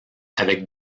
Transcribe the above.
avec